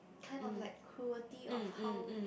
kind of like cruelty of how